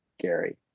Gary